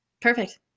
Perfect